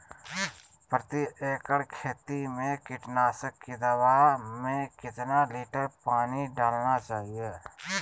प्रति एकड़ खेती में कीटनाशक की दवा में कितना लीटर पानी डालना चाइए?